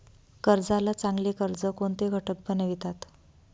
कर्जाला चांगले कर्ज कोणते घटक बनवितात?